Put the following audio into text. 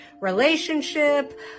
relationship